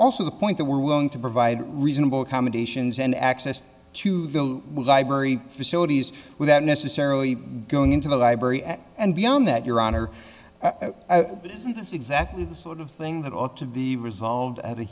also the point that we're willing to provide reasonable accommodations and access to the library facilities without necessarily going into the library at and beyond that your honor isn't this exactly the sort of thing that ought to be resolved at a